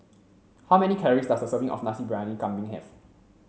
how many calories does a serving of Nasi Briyani Kambing have